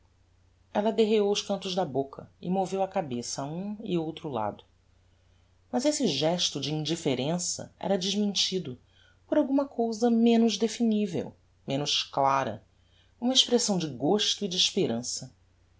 ella derreou os cantos da boca e moveu a cabeça a um e outro lado mas esse gesto de indifferença era desmentido por alguma cousa menos definivel menos clara uma expressão de gosto e de esperança